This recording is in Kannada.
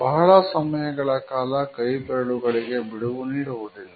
ಬಹಳ ಸಮಯಗಳ ಕಾಲ ಕೈಬೆರಳುಗಳಿಗೆ ಬಿಡುವು ನೀಡುವುದಿಲ್ಲ